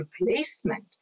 replacement